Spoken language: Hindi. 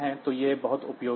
तो यह बहुत उपयोगी है